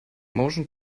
motion